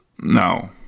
no